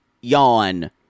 Yawn